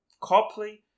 Copley